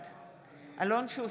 בעד אלון שוסטר,